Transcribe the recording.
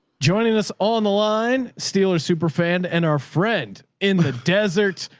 joining us on the line. steeler superfan and our friend in the desert.